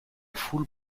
foule